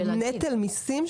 נטל מיסים?